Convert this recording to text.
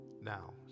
now